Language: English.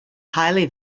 highly